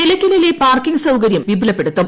നിലയ്ക്കലിലെ parking സൌകര്യം വിപുലപ്പെടുത്തും